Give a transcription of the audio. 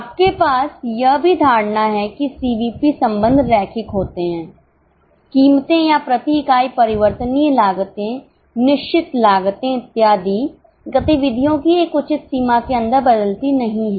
आपके पास यह भी धारणा है कि सीवीपी संबंध रैखिक होते हैं कीमतें या प्रति इकाई परिवर्तनीय लागते निश्चित लागते इत्यादि गतिविधियों की एक उचित सीमा के अंदर बदलती नहीं है